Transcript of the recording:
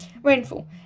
Rainfall